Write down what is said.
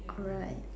alright